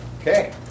okay